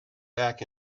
back